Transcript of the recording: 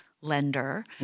lender